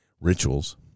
rituals